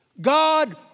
God